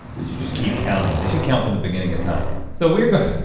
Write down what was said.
they should just keep counting. they should count from the beginning of time. so we're going